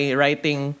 writing